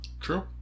True